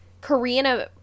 korean